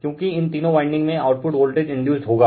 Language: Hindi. क्योकि इन तीनो वाइंडिग में आउटपुट वोल्टेज इंडयुसड होगा